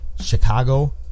Chicago